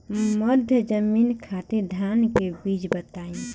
मध्य जमीन खातिर धान के बीज बताई?